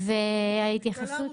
לא,